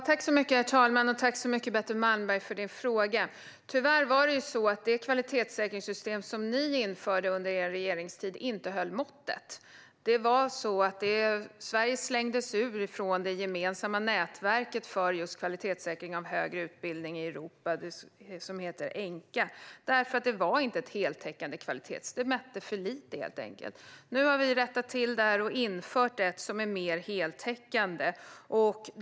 Herr talman! Tack så mycket, Betty Malmberg, för din fråga! Tyvärr var det så att det kvalitetssäkringssystem som ni införde under er regeringstid inte höll måttet. Sverige slängdes ut från det gemensamma nätverket för kvalitetssäkring av högre utbildning i Europa, som heter ENQA, därför att det inte var ett heltäckande kvalitetssäkringssystem. Det mätte för lite, helt enkelt. Nu har vi rättat till detta och infört ett som är mer heltäckande.